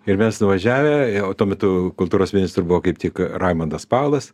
ir mes nuvažiavę o tuo metu kultūros ministru buvo kaip tik raimundas paulas